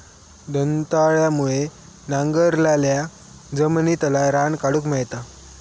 दंताळ्यामुळे नांगरलाल्या जमिनितला रान काढूक मेळता